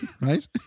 Right